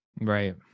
Right